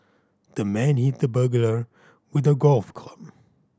the man hit the burglar with a golf club